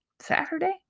Saturday